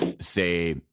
say